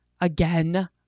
again